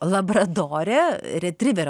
labradorė retriverio